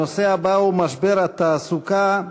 נעבור לנושא הבא: משבר התעסוקה,